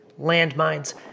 Landmines